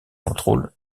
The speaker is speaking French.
contrôle